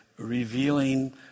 Revealing